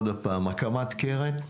הקמת קרן,